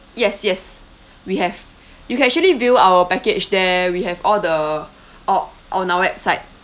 yes yes we have you can actually view our package there we have all the o~ on our website